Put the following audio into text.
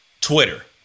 twitter